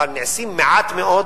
אבל נעשים מעט מאוד,